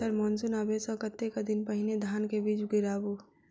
Sir monsoon आबै सऽ कतेक दिन पहिने धान केँ बीज गिराबू?